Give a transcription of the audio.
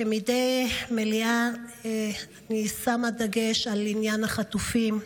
כמדי מליאה אני שמה דגש על עניין החטופים.